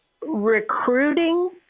Recruiting